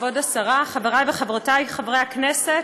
כבוד השרה, חברי וחברותי חברי הכנסת,